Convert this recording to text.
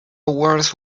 worse